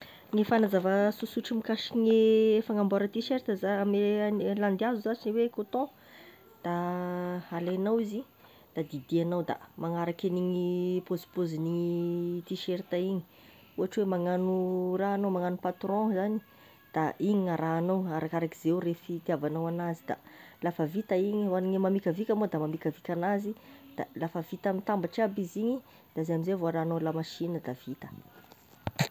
Gne fagnazava sosotry mikasiky gne fagnamboara tee-sirt zagny amin'ilay landihazo zashy hoe coton, da alainao izy da didianao da magnaraky an'igny paozipaozin'igny tee-shirt igny ohatry oe maka magnano raha egnao magnano patron zagny da igny gn'arahagnao arakakarak'iza e refy itiavagnao anazy, da lafa vita igny ho agne mamikavika moa da mamikavika anazy, da lafa vita mitambatra aby izy igny de zay amin'izey vao arahanao lamasinina, da vita.